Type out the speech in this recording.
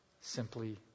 simply